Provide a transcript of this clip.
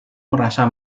merasa